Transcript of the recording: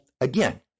again